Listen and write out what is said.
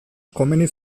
komeni